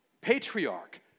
patriarch